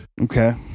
Okay